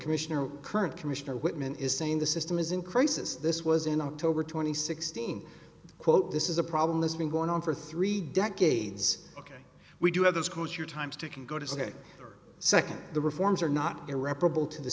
commissioner current commissioner whitman is saying the system is in crisis this was in october twenty sixth seen quote this is a problem that's been going on for three decades ok we do have this cause your time's ticking go to second the reforms are not irreparable to the